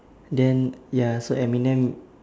then ya so eminem